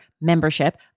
membership